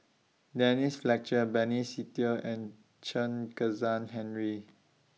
Denise Fletcher Benny Se Teo and Chen Kezhan Henri